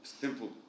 simple